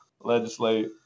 legislate